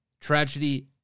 tragedy